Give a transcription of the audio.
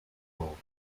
oral